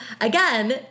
again